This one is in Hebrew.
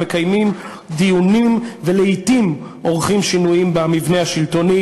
מקיימים דיונים ולעתים עורכים שינויים במבנה השלטוני.